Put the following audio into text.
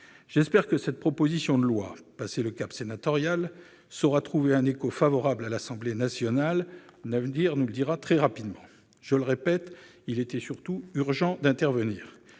J'espère que cette proposition de loi, passé le cap sénatorial, saura trouver un écho favorable à l'Assemblée nationale. L'avenir nous le dira très rapidement. Je le répète, il était surtout urgent d'agir.